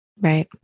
right